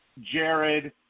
Jared